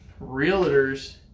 realtors